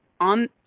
on